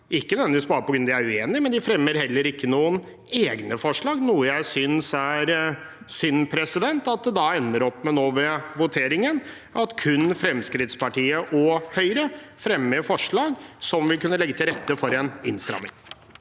ikke nødvendigvis bare på grunn av at de er uenige, men de fremmer heller ikke noen egne forslag. Det synes jeg er synd, for da ender vi opp med at det ved voteringen nå kun er Fremskrittspartiet og Høyre som har fremmet forslag som vil kunne legge til rette for en innstramming.